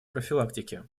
профилактики